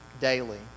daily